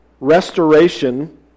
restoration